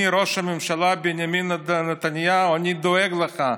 אני, ראש הממשלה בנימין נתניהו, דואג לך.